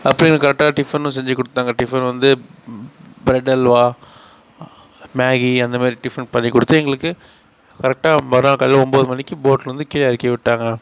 அப்போயும் எனக்கு கரெக்டாக டிஃபனும் செஞ்சுக் கொடுத்தாங்க டிஃபன் வந்து பிரெட் அல்வா மேகி அந்தமாரி டிஃபன் பண்ணிக் கொடுத்து எங்களுக்கு கரெக்டாக மறுநாள் காலையில் ஒம்பது மணிக்கு போட்லருந்து கீழே இறக்கி விட்டாங்க